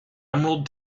emerald